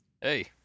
Hey